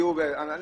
אם